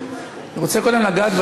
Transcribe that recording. אני רוצה קודם לדעת,